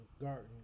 garden